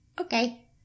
okay